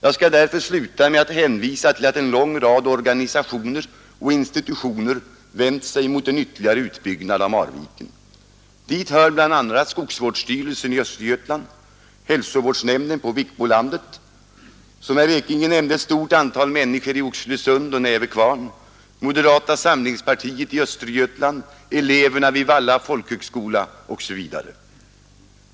Jag skall därför sluta med att hänvisa till att en lång rad organisationer och institutioner vänt sig mot en ytterligare utbyggnad av Marviken. Dit hör skogsvårdsstyrelsen i Östergötland, hälsovårdsnämnden på Vikbolandet, såsom herr Ekinge nämnde ett stort antal människor i Oxelösund och Nävekvarn, moderata samlingspartiet i Östergötland, eleverna vid Valla folkhögskola osv.